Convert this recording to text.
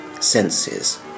senses